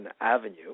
Avenue